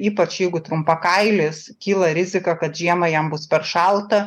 ypač jeigu trumpkailis kyla rizika kad žiemą jam bus per šalta